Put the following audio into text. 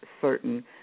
certain